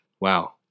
Wow